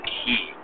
key